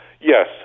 Yes